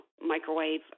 microwave